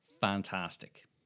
fantastic